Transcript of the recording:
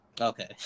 Okay